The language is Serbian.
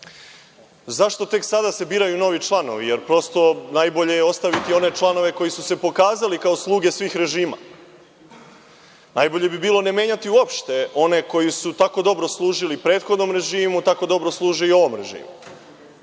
tela.Zašto tek sada se biraju novi članovi, jer prosto, najbolje je ostaviti one članove koji su se pokazali kao sluge svih režima. Najbolje bi bilo ne menjati uopšte one koji su tako dobro služili prethodnom režimu, tako dobro služe i ovom režimu.